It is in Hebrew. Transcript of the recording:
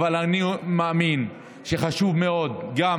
אבל אני מאמין שחשוב מאוד גם,